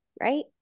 right